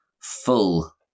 full